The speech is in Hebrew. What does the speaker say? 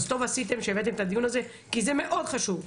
אז טוב עשיתם שהבאתם את הדיון הזה כי זה מאוד חשוב.